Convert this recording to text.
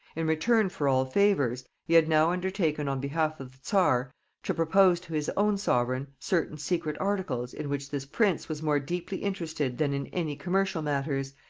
in return for all favors, he had now undertaken on behalf of the czar to propose to his own sovereign certain secret articles in which this prince was more deeply interested than in any commercial matters,